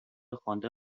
خواندن